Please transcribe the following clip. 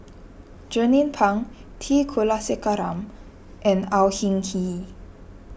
Jernnine Pang T Kulasekaram and Au Hing Yee